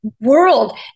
world